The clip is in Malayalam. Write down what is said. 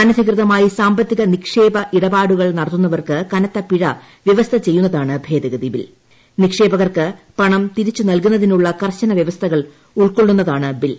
അനധികൃതമായി സാമ്പത്തിക നിക്ഷേപ ഇടപാടുകൾ ര്ടർക്കുന്നവർക്ക് കനത്ത പിഴ വ്യവസ്ഥ ചെയ്യുന്നതാണ് ഭേദഗതി ബി നിക്ഷേപകർക്ക് തിരിച്ചുനൽകുന്നതിനുള്ള പണം വ്യവസ്ഥകൾ നടത്തിയാൽ ഉൾക്കൊള്ളുന്നതാണ് ബിൽ